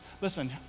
Listen